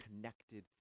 connected